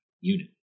unit